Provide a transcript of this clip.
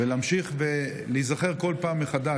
להמשיך ולהיזכר כל פעם מחדש,